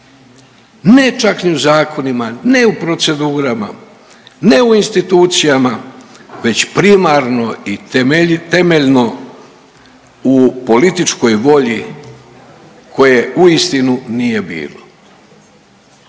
ne čak ni u zakonima, ne u procedurama, ne u institucijama već primarno i temeljno u političkoj volji koje uistinu nije bilo.